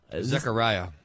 Zechariah